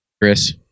Chris